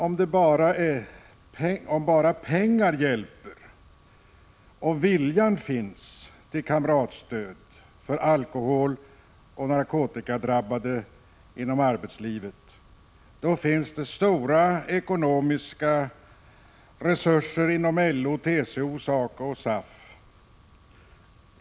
Om bara pengar hjälper och viljan finns till kamratstöd för alkoholoch narkotikadrabbade inom arbetslivet, så finns det stora ekonomiska resurser inom LO, TCO, SACO och SAF.